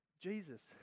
Jesus